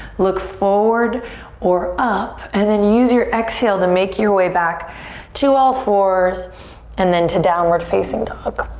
look forward or up and then use your exhale to make your way back to all fours and then to downward facing dog.